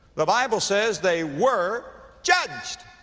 the bible says, they were judged.